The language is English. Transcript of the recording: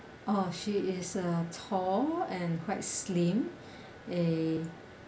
oh she is a tall and quite slim eh